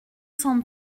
cent